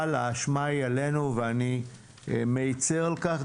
האשמה היא עלינו ואני מצר על כך.